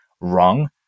wrong